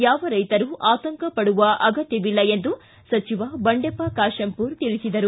ಯಾವ ರೈತರೂ ಆತಂಕ ಪಡುವ ಅಗತ್ತವಿಲ್ಲ ಎಂದು ಸಚಿವ ಬಂಡೆಪ್ಪ ಕಾಶೆಂಪೂರ ತಿಳಿಸಿದರು